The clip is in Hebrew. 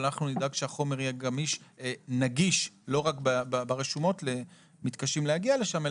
אבל אנחנו נדאג שהחומר יהיה נגיש לא רק ברשומות למתקשים להגיע לשם,